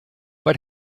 but